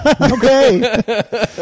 Okay